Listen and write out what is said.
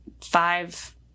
five